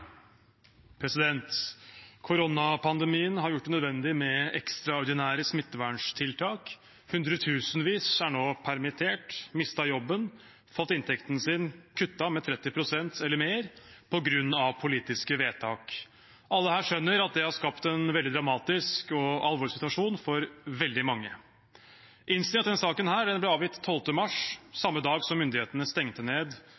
nå permittert, har mistet jobben, har fått inntekten kuttet med 30 pst. eller mer – på grunn av politiske vedtak. Alle her skjønner at det har skapt en veldig dramatisk og alvorlig situasjon for veldig mange. Innstillingen til denne saken ble avgitt 12. mars, samme dag som myndighetene stengte ned